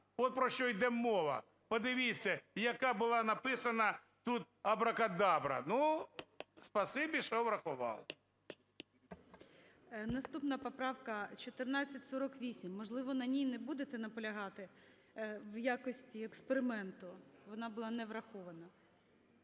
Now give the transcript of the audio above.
От про що йде мова. Подивіться, яка була написана тут абракадабра! Ну… Спасибі, що врахували. ГОЛОВУЮЧИЙ. Наступна поправка 1448. Можливо, на ній не будете наполягати в якості експерименту? Вона була не врахована.